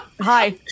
Hi